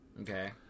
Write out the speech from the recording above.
Okay